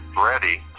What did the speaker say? ready